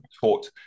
taught